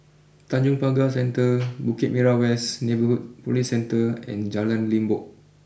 Tanjong Pagar Centre Bukit Merah West Neighbourhood police Centre and Jalan Limbok